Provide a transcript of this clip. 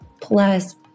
plus